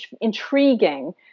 intriguing